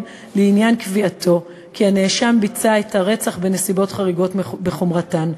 לעניין קביעתו כי הנאשם ביצע את הרצח בנסיבות חריגות בחומרתן.